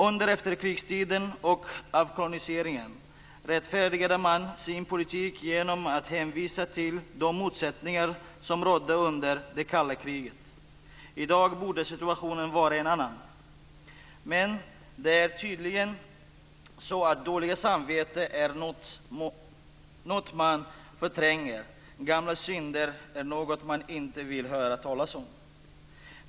Under efterkrigstiden och avkolonialiseringen rättfärdigade man sin politik genom att hänvisa till de motsättningar som rådde under det kalla kriget. I dag borde situationen vara en annan. Men det är tydligen så att dåligt samvete är något man förtränger. Gamla synder är något man inte vill höra talas om.